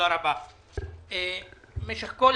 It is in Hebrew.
במשך כל